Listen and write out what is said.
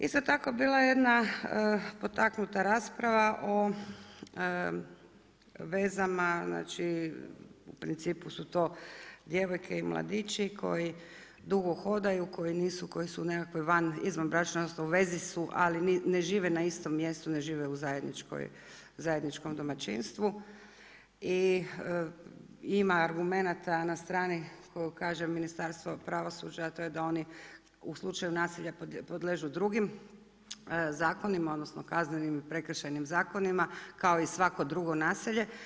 Isto tako bila je jedna potaknuta rasprava o vezama, u principu su to djevojke i mladići koji dugo hodaju, koji su u nekakvoj izvanbračnoj, odnosno u vezi su ali ne žive na istom mjestu, ne žive u zajedničkom domaćinstvu i ima argumenata na strani, kaže Ministarstvo pravosuđa, a to je da oni u slučaju nasilja podliježu drugim zakonima, odnosno kaznenim prekršajnim zakonima kao i svako drugo nasilje.